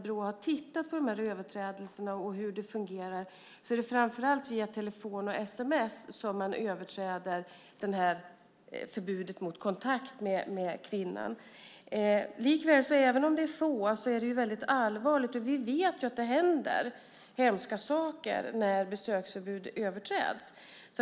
Brå har tittat på de här överträdelserna, och det är framför allt via telefon och sms som man överträder förbud mot kontakt med kvinnan. Även om det är få är det väldigt allvarligt. Vi vet att det händer hemska saker när besöksförbud överträds.